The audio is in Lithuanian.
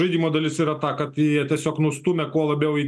žaidimo dalis yra ta kad jie tiesiog nustūmė kuo labiau į